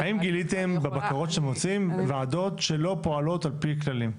האם גיליתם בבקרות שאתם עושים ועדות שלא פועלות על פי כללים?